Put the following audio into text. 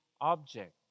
object